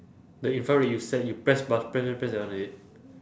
the infrared you set you press bu~ press press press that one is it